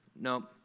no